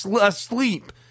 Asleep